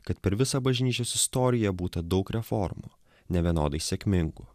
kad per visą bažnyčios istoriją būta daug reformų nevienodai sėkmingų